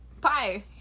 Bye